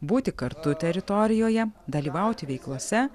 būti kartu teritorijoje dalyvauti veiklose